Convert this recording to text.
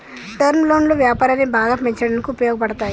term లోన్లు వ్యాపారాన్ని బాగా పెంచడానికి ఉపయోగపడతాయి